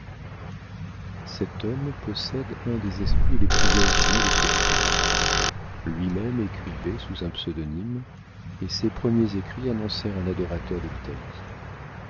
cet homme possède un des esprits les plus originaux de ce temps lui-même écrivait sous un pseudonyme et ses premiers écrits annoncèrent un adorateur de l'italie